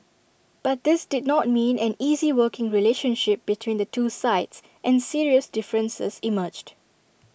but this did not mean an easy working relationship between the two sides and serious differences emerged